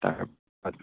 তাৰ পা